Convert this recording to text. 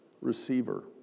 receiver